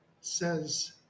says